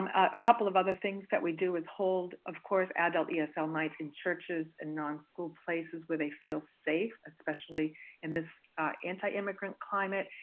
um a couple of other things that we do is hold, of course, adult esl nights in churches and non-school places where they feel safe, especially in this anti-immigrant climate.